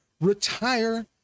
Retire